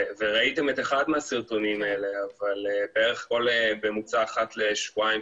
וראיתם את אחד מהסרטונים האלה אבל בממוצע אחת לשבועיים,